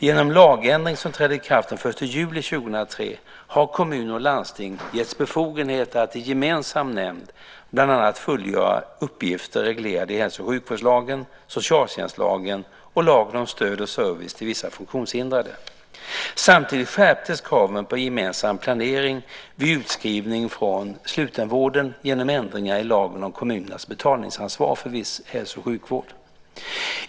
Genom en lagändring som trädde i kraft den 1 juli 2003 har kommuner och landsting getts befogenhet att i gemensam nämnd bland annat fullgöra uppgifter reglerade i hälso och sjukvårdslagen , socialtjänstlagen och lagen om stöd och service till vissa funktionshindrade. Samtidigt skärptes kraven på gemensam planering vid utskrivning från slutenvården genom ändringar i lagen om kommunernas betalningsansvar för viss hälso och sjukvård.